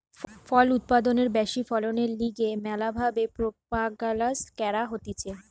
ফল উৎপাদনের ব্যাশি ফলনের লিগে ম্যালা ভাবে প্রোপাগাসন ক্যরা হতিছে